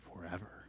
forever